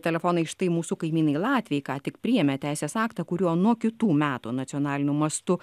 telefonais štai mūsų kaimynai latviai ką tik priėmė teisės aktą kuriuo nuo kitų metų nacionaliniu mastu